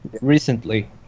Recently